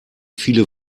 viele